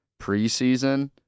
preseason